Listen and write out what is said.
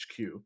HQ